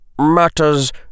Matters